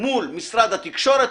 מול משרד התקשורת,